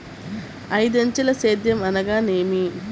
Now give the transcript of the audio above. ఐదంచెల సేద్యం అనగా నేమి?